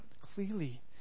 clearly